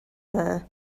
there